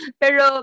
pero